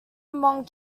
among